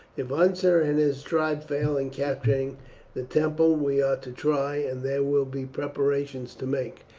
if unser and his tribe fail in capturing the temple we are to try and there will be preparations to make.